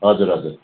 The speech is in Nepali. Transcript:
हजुर हजुर